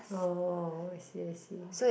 oh I see I see